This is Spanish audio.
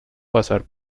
pasar